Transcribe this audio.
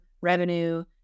revenue